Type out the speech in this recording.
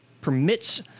permits